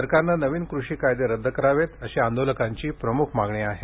सरकारने नवीन कृषी कायदे रद्द करावेत अशी आंदोलकांची प्रमुख मागणी आहे